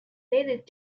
needed